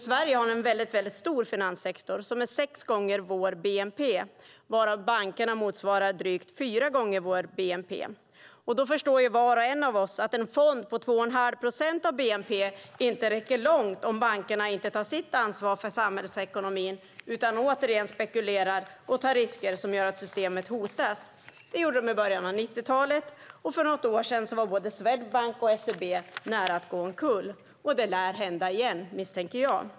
Sverige har en stor finanssektor, sex gånger vår bnp, varav bankerna motsvarar drygt fyra gånger vår bnp. Då förstår var och en av oss att en fond på 2,5 procent av bnp inte räcker långt om bankerna inte tar sitt ansvar för samhällsekonomin utan återigen spekulerar och tar risker som gör att systemet hotas. Det gjorde de i början av 90-talet, och för något år sedan var både Swedbank och SEB nära att gå omkull. Det lär hända igen, misstänker jag.